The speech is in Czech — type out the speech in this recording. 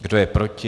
Kdo je proti?